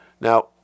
Now